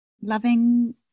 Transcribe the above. loving